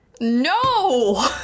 No